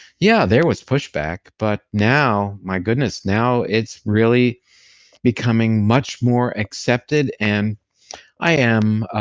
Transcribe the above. yeah there was pushback, but now my goodness, now it's really becoming much more accepted and i am